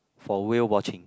for whale watching